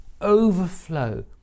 overflow